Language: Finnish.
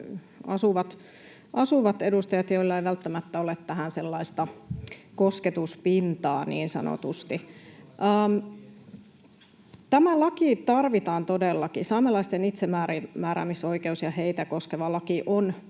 asuvista edustajista, joilla ei välttämättä ole tähän sellaista kosketuspintaa niin sanotusti. Tämä laki todellakin tarvitaan. Saamelaisten itsemääräämisoikeus ja heitä koskeva laki on